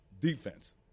defense